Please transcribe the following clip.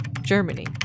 germany